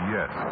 Yes